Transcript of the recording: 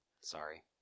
Sorry